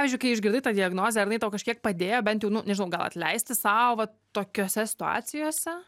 pavyzdžiui kai išgirdai tą diagnozę ir inau tau kažkiek padėjo bent jau nu nežinau gal atleisti sau vat tokiose situacijose